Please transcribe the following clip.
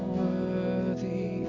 worthy